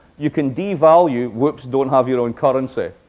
you can devalue whoops, don't have your own currency.